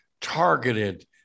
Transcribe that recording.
targeted